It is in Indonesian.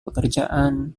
pekerjaan